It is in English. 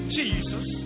Jesus